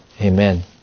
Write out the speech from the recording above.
Amen